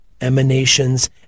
emanations